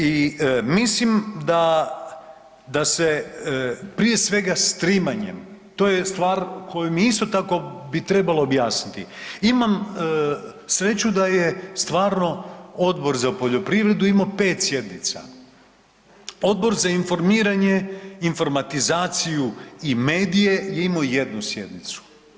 I mislim da se prije svega strimanjem, to je stvar koju mi isto tako bi trebalo objasniti, imam sreću da je stvarno Odbor za poljoprivredu imao 5 sjednica, Odbor za informiranje, informatizaciju i medije je imao 1 sjednicu.